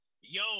yo